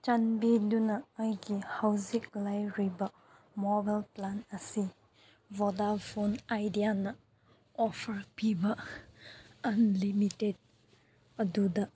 ꯆꯥꯟꯕꯤꯗꯨꯅ ꯑꯩꯒꯤ ꯍꯧꯖꯤꯛ ꯂꯩꯔꯤꯕ ꯃꯣꯕꯥꯏꯜ ꯄ꯭ꯂꯥꯟ ꯑꯁꯤ ꯕꯣꯗꯥꯐꯣꯟ ꯑꯥꯏꯗꯤꯌꯥꯅ ꯑꯣꯐꯔ ꯄꯤꯕ ꯑꯟꯂꯤꯃꯤꯇꯦꯠ ꯑꯗꯨꯗ